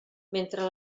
mentre